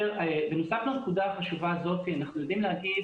בנוסף לנקודה החשובה הזאת אנחנו יודעים להגיד